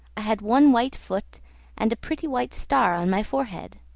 i had one white foot and a pretty white star on my forehead.